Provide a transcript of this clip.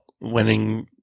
winning